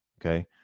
Okay